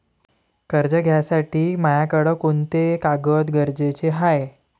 कर्ज घ्यासाठी मायाकडं कोंते कागद गरजेचे हाय?